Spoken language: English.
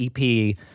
EP